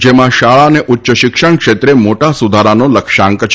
જેમાં શાળા અને ઉચ્ય શિક્ષણ ક્ષેત્રે મોટા સુધારાનો લક્ષ્યાંક છે